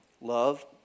Love